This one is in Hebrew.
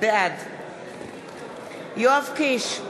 בעד יואב קיש,